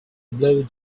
blue